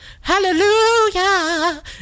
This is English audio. Hallelujah